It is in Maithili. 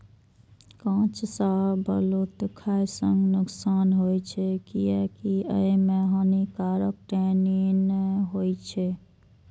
कांच शाहबलूत खाय सं नुकसान होइ छै, कियैकि अय मे हानिकारक टैनिन होइ छै